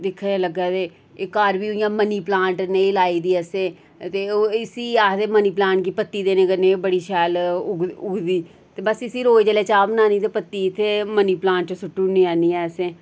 दिक्खने गी लग्गै दे एह् घर बी उयां मनी प्लांट नेह् लाई दी असें ते ओह् इसी आखदे मनी प्लांट गी आखदे पत्ती देने कन्नै बड़ी शैल उग उगदी ते बस इसी रोज जेल्लै चाह् बनानी ते पत्ती इत्थै मनी प्लांट च सुट्टी ओड़नी आहनियै असें